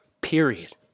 Period